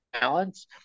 balance